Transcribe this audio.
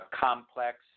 complex